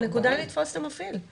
הנקודה היא לתפוס את המפעיל.